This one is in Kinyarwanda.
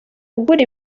ugura